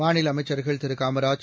மாநில அமைச்சர்கள் திரு காமராஜ்